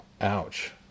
Ouch